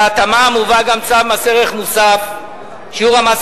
בהתאמה מובא גם צו מס ערך מוסף (שיעור המס